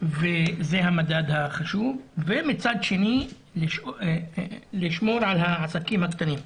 זה המדד החשוב, ומצד שני לשמור על העסקים הקטנים.